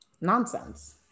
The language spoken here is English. nonsense